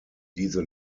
diese